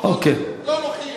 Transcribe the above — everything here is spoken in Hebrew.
ובחוק לא נוחים.